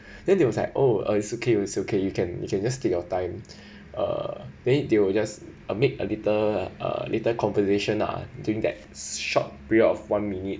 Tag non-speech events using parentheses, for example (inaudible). then they was like oh it's okay it's okay you can you can just take your time (breath) uh they they'll just a make a little uh a little conversation ah during that short period of one minute